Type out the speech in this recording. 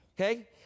Okay